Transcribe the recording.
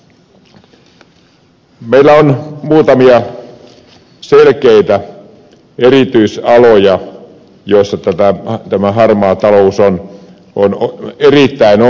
meillä on muutamia selkeitä erityisaloja joissa tämä harmaa talous on erittäin ongelmallinen